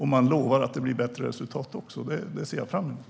Man lovar att det blir bättre resultat. Det ser jag fram emot.